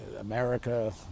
America